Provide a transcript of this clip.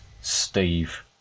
Steve